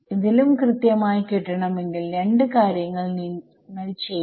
ഇതിലും കൃത്യമായി കിട്ടണമെങ്കിൽ 2 കാര്യങ്ങൾ നിങ്ങൾ ചെയ്യണം